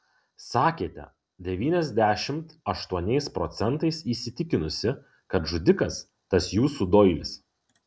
sakėte devyniasdešimt aštuoniais procentais įsitikinusi kad žudikas tas jūsų doilis